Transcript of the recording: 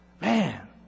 Man